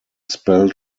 spell